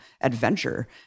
adventure